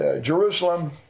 Jerusalem